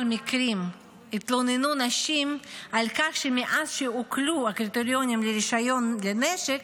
מקרים התלוננו נשים על כך שמאז שהוקלו הקריטריונים לרישיון לנשק,